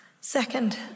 Second